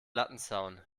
lattenzaun